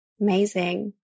Amazing